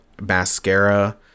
mascara